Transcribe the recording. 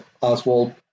Oswald